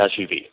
SUV